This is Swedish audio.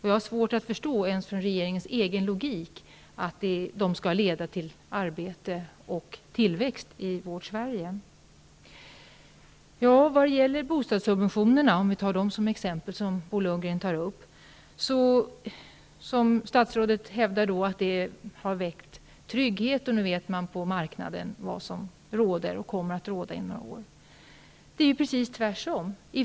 Jag har svårt att förstå att de skall leda till arbete och tillväxt i vårt Sverige ens enligt regeringens egen logik. Låt mig som exempel ta bostadssubventionerna, som Bo Lundgren tog upp. Statsrådet hävdade att förslagen på det området har skapat trygghet och att man nu på marknaden vet vad som gäller och kommer att gälla i några år. Det är ju precis tvärtom!